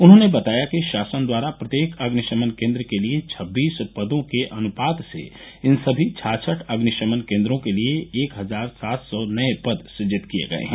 उन्होंने बताया कि शासन द्वारा प्रत्येक अग्निशमन केन्द्र के लिये छब्बीस पदों के अनुपात से इन सभी छाछठ अग्निशमन केन्द्रों के लिये एक हजार सात सौ नये पद सुजित किये गये हैं